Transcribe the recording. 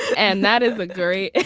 and that is ah great